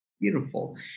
beautiful